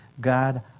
God